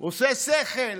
עושה שכל.